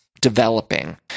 developing